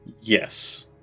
Yes